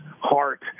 heart